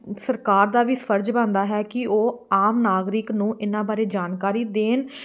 ਸਰਕਾਰ ਦਾ ਵੀ ਫਰਜ਼ ਬਣਦਾ ਹੈ ਕਿ ਉਹ ਆਮ ਨਾਗਰਿਕ ਨੂੰ ਇਹਨਾਂ ਬਾਰੇ ਜਾਣਕਾਰੀ ਦੇਣ